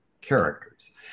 characters